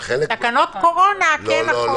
בתקנות קורונה, כן נכון.